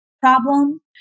problem